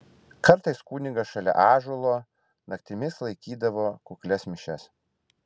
kartais kunigas šalia ąžuolo naktimis laikydavo kuklias mišias